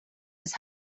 his